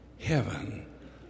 Heaven